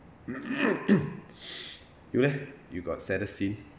you leh you got saddest scene